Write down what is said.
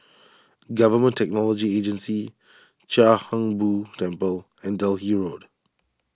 Government Technology Agency Chia Hung Boo Temple and Delhi Road